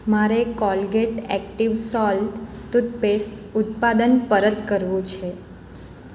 મારે Colgate active salt toothpaste ઉત્પાદન પરત કરવું છે